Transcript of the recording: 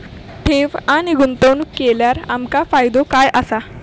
ठेव आणि गुंतवणूक केल्यार आमका फायदो काय आसा?